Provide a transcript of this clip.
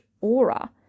aura